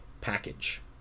package